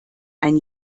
ein